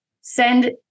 send